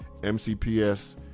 MCPS